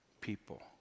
people